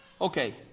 Okay